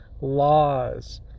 laws